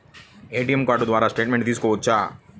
ATM card ద్వారా statement తీయవచ్చా?